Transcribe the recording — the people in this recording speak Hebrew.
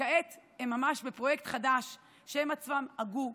כעת הם בפרויקט חדש שהם עצמם הגו,